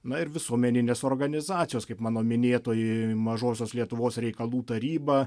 na ir visuomeninės organizacijos kaip mano minėtoji mažosios lietuvos reikalų taryba